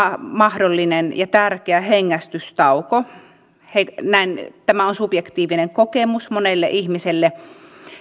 mahdollinen ja tärkeä hengähdystauko tämä on subjektiivinen kokemus monelle ihmiselle